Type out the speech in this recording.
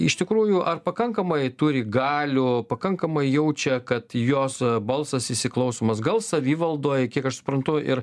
iš tikrųjų ar pakankamai turi galių pakankamai jaučia kad jos balsas įsiklausomas gal savivaldoj kiek aš suprantu ir